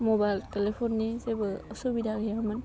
mobile टेलिफ'ननि जेबो सुबिदा गैयामोन